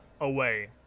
away